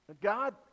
God